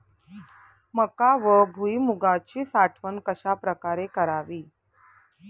मका व भुईमूगाची साठवण कशाप्रकारे करावी?